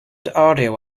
studio